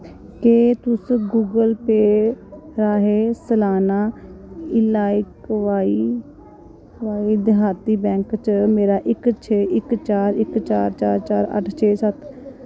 केह् तुस गूगल पेऽ राहें सलान्ना इलाक्वाई देहाती बैंक च मेरे इक छे इक चार इक चार चार चार अट्ठ छे सत्त